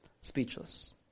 speechless